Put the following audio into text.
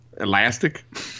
elastic